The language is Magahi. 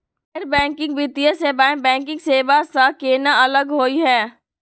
गैर बैंकिंग वित्तीय सेवाएं, बैंकिंग सेवा स केना अलग होई हे?